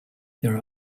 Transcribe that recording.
there